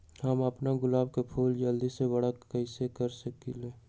हम अपना गुलाब के फूल के जल्दी से बारा कईसे कर सकिंले?